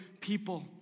people